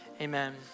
amen